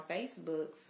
Facebook